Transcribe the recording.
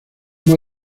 más